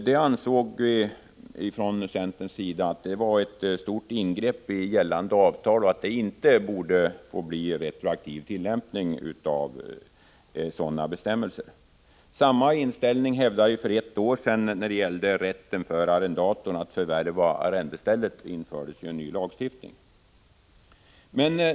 Det ansåg vi ifrån centerns sida var ett stort ingrepp i gällande avtal, och vi ansåg att sådana bestämmelser inte borde få bli retroaktivt tillämpade. Samma inställning hävdade vi för ett år sedan när det gällde rätten för arrendatorn att förvärva arrendestället — det infördes en ny lagstiftning då.